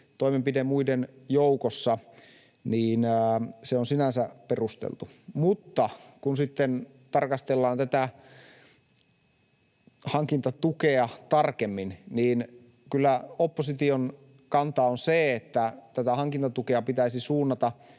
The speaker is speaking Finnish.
toimenpide muiden joukossa ja se on sinänsä perusteltu. Mutta kun sitten tarkastellaan tätä hankintatukea tarkemmin, niin kyllä opposition kanta on se, että tätä hankintatukea pitäisi suunnata